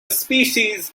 species